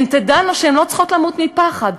הן תדענה שהן לא צריכות למות מפחד,